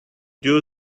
due